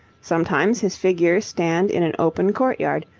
sometimes his figures stand in an open courtyard,